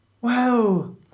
Wow